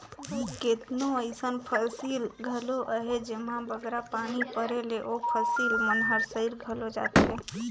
केतनो अइसन फसिल घलो अहें जेम्हां बगरा पानी परे ले ओ फसिल मन हर सइर घलो जाथे